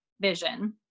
vision